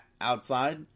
outside